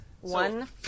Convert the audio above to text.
one